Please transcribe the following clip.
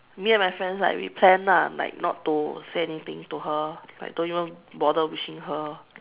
me and my friends like we plan ah like not to say anything to her like don't even bother wishing her